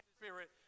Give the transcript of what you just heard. spirit